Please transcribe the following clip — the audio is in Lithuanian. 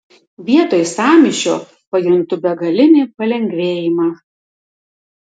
vietoj sąmyšio pajuntu begalinį palengvėjimą